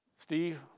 Steve